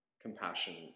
Compassion